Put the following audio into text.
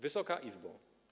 Wysoka Izbo!